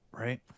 Right